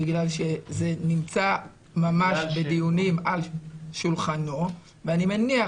זה נמצא בדיונים על שולחנו ואני מניח